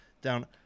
down